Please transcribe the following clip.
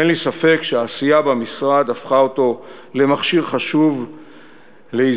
אין לי ספק שהעשייה במשרד הפכה אותו למכשיר חשוב לאיזון